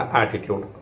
attitude